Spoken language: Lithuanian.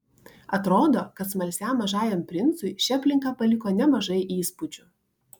atrodo kad smalsiam mažajam princui ši aplinka paliko nemažai įspūdžių